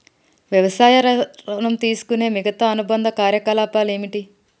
వ్యవసాయ ఋణం తీసుకునే మిగితా అనుబంధ కార్యకలాపాలు ఏమిటి?